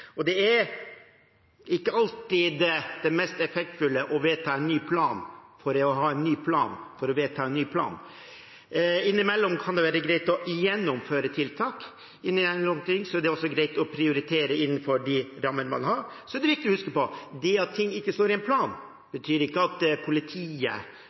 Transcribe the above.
planer. Det er ikke alltid det mest effektfulle å ha en ny plan for å vedta en ny plan. Innimellom kan det være greit å gjennomføre tiltak og prioritere innenfor de rammene man har. Så er det viktig å huske på at det at noe ikke står i en plan, ikke betyr at politiet,